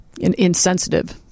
insensitive